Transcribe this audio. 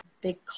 big